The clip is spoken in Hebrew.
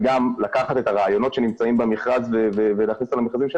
וגם לקחת את הרעיונות שנמצאים במכרז ולהכניס אותה למכרזים שלה,